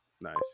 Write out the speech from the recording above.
Nice